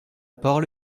parole